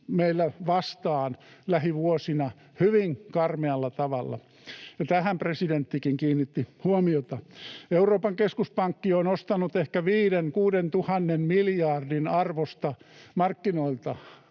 meillä vastaan lähivuosina hyvin karmealla tavalla, ja tähän presidenttikin kiinnitti huomiota. Euroopan keskuspankki on ostanut ehkä 5 000—6 000 miljardin arvosta markkinoilta